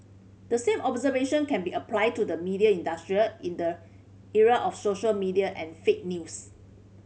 the same observation can be applied to the media industry in the era of social media and fake news